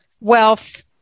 wealth